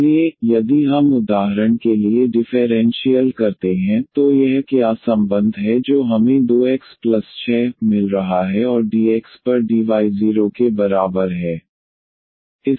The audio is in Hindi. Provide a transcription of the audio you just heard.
इसलिए यदि हम उदाहरण के लिए डिफेरेंशीयल करते हैं तो यह क्या संबंध है जो हमें 2 x प्लस 6 y मिल रहा है और dx पर dy 0 के बराबर है